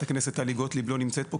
חברת הכנסת טלי גוטליב לא נמצאת פה,